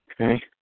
Okay